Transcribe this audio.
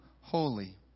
holy